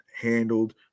handled